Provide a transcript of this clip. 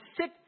sit